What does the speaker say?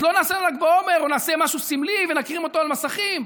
אז לא נעשה ל"ג בעומר או נעשה משהו סמלי ונקרין אותו על מסכים.